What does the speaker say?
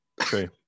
true